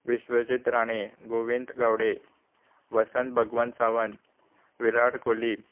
Vishwajit Rane Govind Gawade Vasant Bhagwant Sawant Virat Kohli